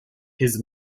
his